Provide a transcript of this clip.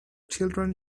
children